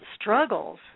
struggles